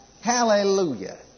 Hallelujah